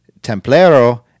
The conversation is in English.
Templero